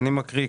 אני מקריא בשמה.